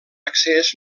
accés